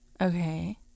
Okay